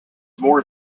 more